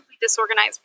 disorganized